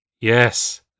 Yes